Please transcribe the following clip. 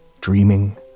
dreaming